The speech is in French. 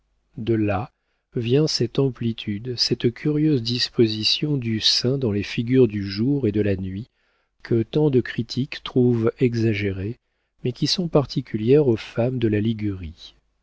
de là vient cette amplitude cette curieuse disposition du sein dans les figures du jour et de la nuit que tant de critiques trouvent exagérées mais qui sont particulières aux femmes de la ligurie